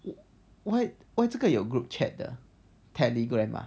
why why why 这个有 group chat 的 telegram ah